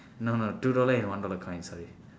no no two dollar and one dollar coin sorry